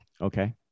Okay